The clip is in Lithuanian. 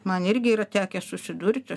man irgi yra tekę susidurti